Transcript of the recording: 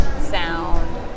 sound